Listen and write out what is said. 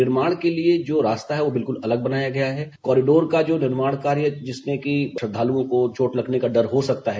निर्माण के लिये जो रास्ता है वह बिल्कुल अलग बनाया गया है कॉरिडोर का जो निर्माण कार्य जिसमें की श्रद्दालुओं को चोट लगने का डर हो सकता है